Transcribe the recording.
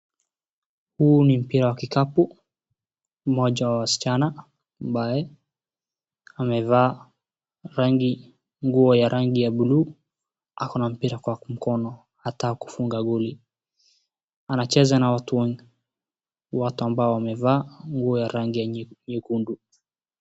Huu ni mpira wa kikapu, mmoja wa wasichana ambaye amevaa nguo ya rangi ya buluu, akona mpira kwa mkono anataka kufunga goli. Anacheza na watu ambao wamevaa nguo ya rangi ya nyekundu.